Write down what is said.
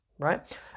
Right